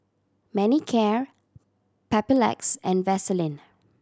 Manicare Papulex and Vaselin